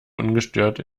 ungestört